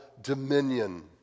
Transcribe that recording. dominion